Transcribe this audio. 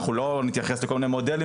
אנחנו לא נתייחס לכל מיני מודלים,